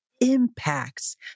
impacts